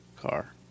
car